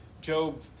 Job